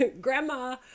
grandma